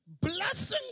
Blessings